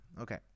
Okay